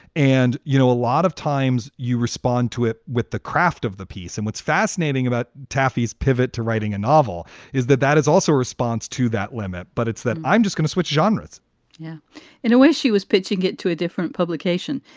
and, you know, a lot of times you respond to it with the craft of the piece. and what's fascinating about daffy's pivot to writing a novel is that that is also a response to that limit. but it's that i'm just gonna switch genres yeah in a way. she was pitching it to a different publication.